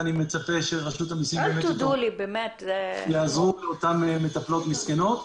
ואני מצפה שרשות המסים באמת יעזרו לאותן מטפלות מסכנות.